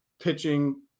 pitching